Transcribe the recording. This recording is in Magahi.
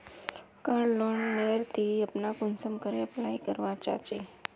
कार लोन नेर ती अपना कुंसम करे अप्लाई करवा चाँ चची?